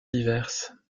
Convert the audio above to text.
diverses